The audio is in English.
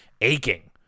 aching